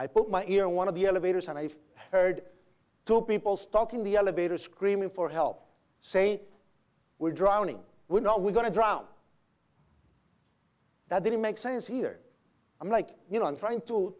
i put my ear in one of the elevators and i heard two people stuck in the elevator screaming for help saying we're drowning we know we're going to drown that didn't make sense either i'm like you know i'm trying to